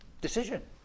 decision